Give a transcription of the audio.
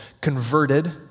converted